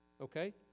okay